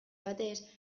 batez